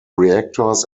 reactors